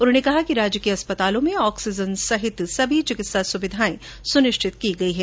उन्होंने कहा कि राज्य के अस्पतालों में ऑक्सीजन सहित सभी चिकित्सा सुविधायें सुनिश्चित की गई हैं